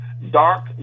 dark